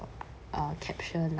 caption like